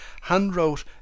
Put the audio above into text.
hand-wrote